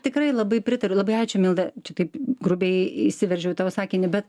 tikrai labai pritariu labai ačiū milda čia taip grubiai įsiveržiau į tavo sakinį bet